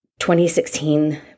2016